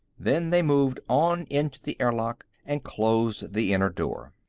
then they moved on into the airlock and closed the inner door.